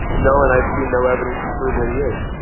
no. and i've seen no evidence to prove that he is.